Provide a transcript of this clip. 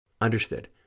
Understood